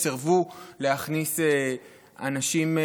סירבו להכניס אנשים,